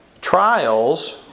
trials